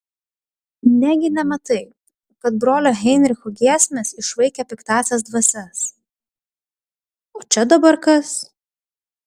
negi nematai kad brolio heinricho giesmės išvaikė piktąsias dvasias o čia dabar kas